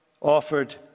offered